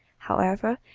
however,